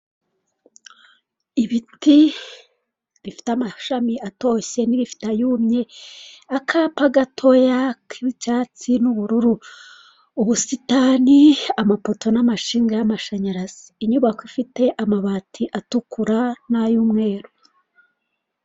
Ibiti bifite amashami atoshye n'ibifite ayumye, akapa gatoya k'icyatsi n'ubururu, ubusitani, amapoto n'amatsinga y'amashanyarazi, inyubako ifite amabati atukura n'ay'umweru.